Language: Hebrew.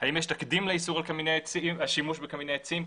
האם יש תקדים לאיסור השימוש בקמיני עצים?